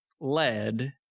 lead